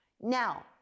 Now